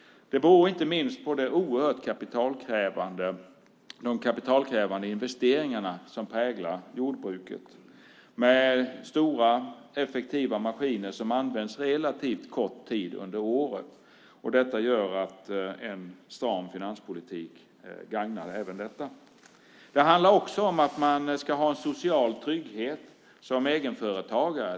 Det beror inte minst på de oerhört kapitalkrävande investeringar som präglar jordbruket. Det är stora effektiva maskiner som används relativt kort tid under året. Detta gör att en stram finanspolitik även gagnar detta. Det handlar också om att man ska ha en social trygghet som egenföretagare.